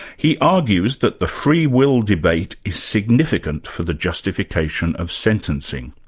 he argues that the freewill debate is significant for the justification of sentencing.